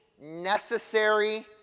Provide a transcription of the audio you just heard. necessary